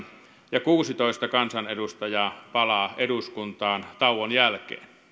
ja kuusitoista kansanedustajaa palaa eduskuntaan tauon jälkeen